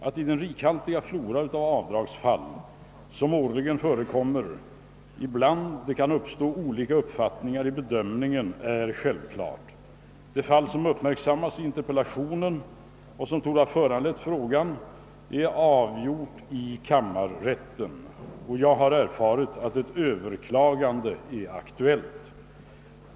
Att det i den rikhaltiga flora av avdragsfall som årligen förekommer ibland kan uppstå olika uppfattningar i bedömningen är självklart. Det fall som uppmärksammats i interpellationen och som torde ha föranlett frågan är avgjort i kammarrätten. Jag har erfarit att ett överklagande är aktuellt.